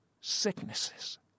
sicknesses